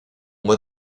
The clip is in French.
mois